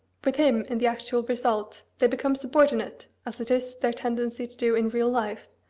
with him, in the actual result, they become subordinate, as it is their tendency to do in real life,